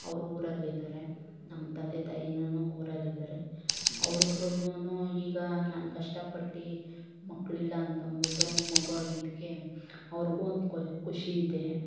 ಅವರು ಊರಲ್ಲಿ ಇದ್ದಾರೆ ನಮ್ಮ ತಂದೆ ತಾಯಿನೂ ಊರಲ್ಲಿದ್ದಾರೆ ಅವ್ರಿಗೂನು ಈಗ ನಾನು ಕಷ್ಟ ಪಟ್ಟು ಮಕ್ಕಳಿಲ್ಲ ಅಂತ ಅಂದ್ಬಿಟ್ಟು ಮಗು ಆಗಿದಕ್ಕೆ ಅವ್ರಿಗೂ ಒಂದು ಖುಷಿ ಇದೆ